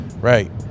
Right